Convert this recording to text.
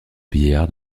vieillard